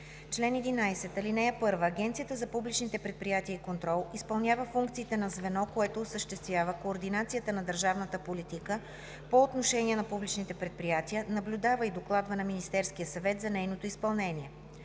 „Чл. 11. (1) Агенцията за публичните предприятия и контрол изпълнява функциите на звено, което осъществява координацията на държавната политика по отношение на публичните предприятия, наблюдава и докладва на Министерския съвет за нейното изпълнение.